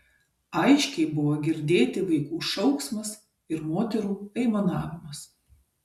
aiškiai buvo girdėti vaikų šauksmas ir moterų aimanavimas